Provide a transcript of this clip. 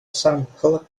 sampl